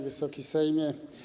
Wysoki Sejmie!